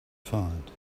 find